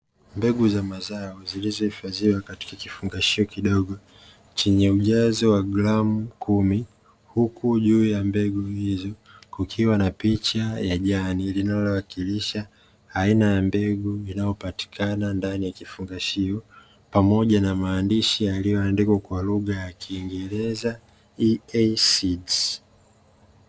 Mbegu za mazao zilizohifadhiwa katika kifungashio kidogo chenye ujazo wa gramu kumi. Huku juu ya mbegu hizo kukiwa na picha ya jani linalowakilisha aina ya mbegu inayopatikana ndani ya kifungashio, pamoja na maandishi yaliyoandikwa kwa lugha ya kiingereza "EASEED".